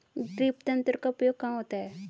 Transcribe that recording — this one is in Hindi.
ड्रिप तंत्र का उपयोग कहाँ होता है?